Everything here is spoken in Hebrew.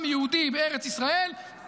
עם יהודי בארץ ישראל,